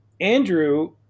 Andrew